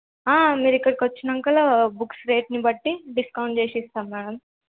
మీరు ఇక్కడకి వచ్చినాక బుక్స్ రేట్ని బట్టి డిస్కౌంట్ చేసి ఇస్తాం మ్యామ్